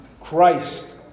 Christ